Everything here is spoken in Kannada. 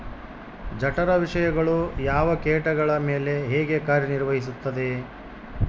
ಜಠರ ವಿಷಯಗಳು ಯಾವ ಕೇಟಗಳ ಮೇಲೆ ಹೇಗೆ ಕಾರ್ಯ ನಿರ್ವಹಿಸುತ್ತದೆ?